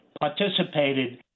participated